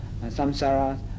samsara